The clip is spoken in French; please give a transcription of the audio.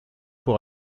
pour